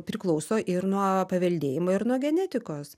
priklauso ir nuo paveldėjimo ir nuo genetikos